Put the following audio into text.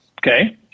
Okay